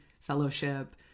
fellowship